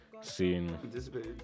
seeing